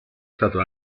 stato